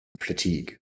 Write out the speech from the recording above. fatigue